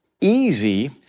easy